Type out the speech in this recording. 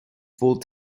full